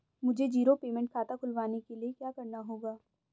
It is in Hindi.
मुझे जीरो पेमेंट खाता खुलवाने के लिए क्या करना होगा?